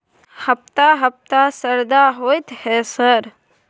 हफ्ता हफ्ता शरदा होतय है सर?